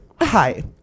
hi